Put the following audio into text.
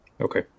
Okay